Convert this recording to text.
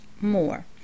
more